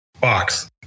box